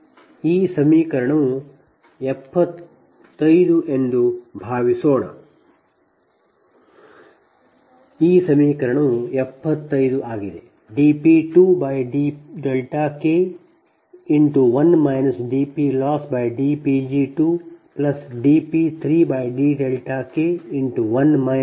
ಈ ಸಮೀಕರಣವು 75 ಎಂದು ಭಾವಿಸೋಣ ಈ ಸಮೀಕರಣವು 75 ಆಗಿದೆ